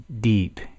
deep